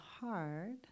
hard